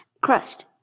crust